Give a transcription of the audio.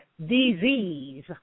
disease